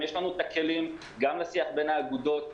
יש לנו את הכלים גם לשיח בין האגודות,